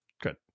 Good